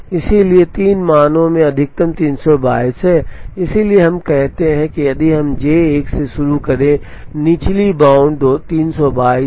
इसलिए तीन मानों में से अधिकतम 322 है इसलिए हम कहते हैं यदि हम J 1 से शुरू करें निचली बाउंड 322 है